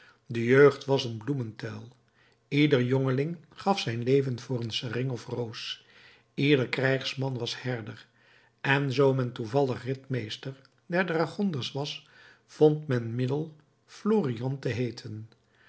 de jeugd was een bloementuil ieder jongeling gaf zijn leven voor een sering of roos ieder krijgsman was herder en zoo men toevallig ritmeester der dragonders was vond men middel florian te heeten